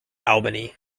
albany